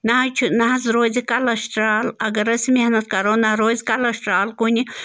نہ حظ چھِ نہ حظ روزِ کَلَسٹرٛال اگر أسۍ محنت کَرو نہ روزِ کَلَسٹرٛال کُنہِ